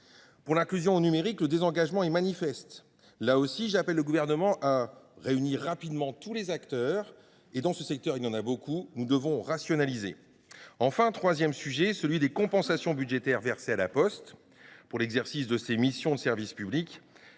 de l’inclusion numérique, le désengagement est manifeste. Là encore, j’appelle le Gouvernement à réunir rapidement tous les acteurs du secteur, et ils sont nombreux. Nous devons rationaliser. Enfin, le troisième et dernier sujet est celui des compensations budgétaires versées à La Poste pour l’exercice de ses missions de service public.